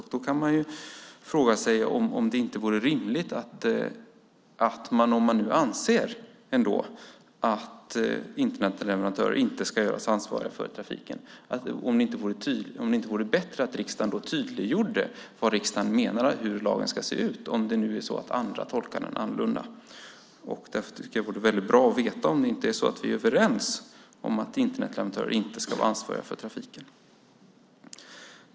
Om man nu anser att Internetleverantörer inte ska göras ansvariga för trafiken kan man fråga sig om det inte vore bättre att riksdagen tydliggjorde hur riksdagen menar att lagen ska se ut, om nu andra tolkar den annorlunda. Jag tycker att det vore väldigt bra att veta om vi inte är överens om att Internetleverantörer inte ska vara ansvariga för trafiken.